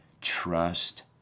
trust